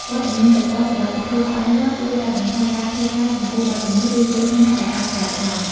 វត្តមានប្រព័ន្ធសុវត្ថិភាពច្បាស់លាស់ជួយកាត់បន្ថយការភ័យខ្លាចចំពោះបទល្មើស ឬគ្រោះថ្នាក់ដែលអាចកើតឡើង។